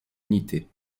unité